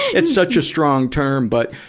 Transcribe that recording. it's such a strong term, but,